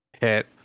hit